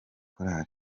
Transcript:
choir